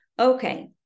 Okay